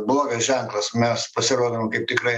blogas ženklas mes pasirodom kaip tikrai